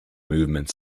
movement